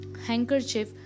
handkerchief